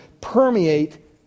permeate